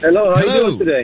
Hello